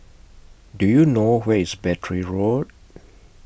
Do YOU know Where IS Battery Road